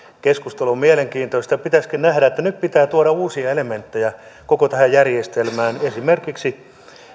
keskustelu on mielenkiintoista ja pitäisikö nähdä että nyt pitää tuoda uusia elementtejä koko tähän järjestelmään esimerkiksi